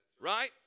right